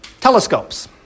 telescopes